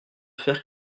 faire